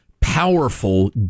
powerful